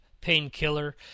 Painkiller